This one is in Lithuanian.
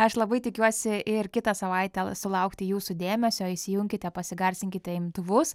aš labai tikiuosi ir kitą savaitę sulaukti jūsų dėmesio įsijunkite pasigarsinkite imtuvus